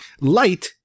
light